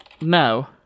no